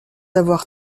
avoir